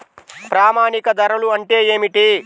ప్రామాణిక ధరలు అంటే ఏమిటీ?